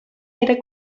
era